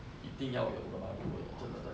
一定要用的吗如果你真的在